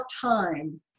time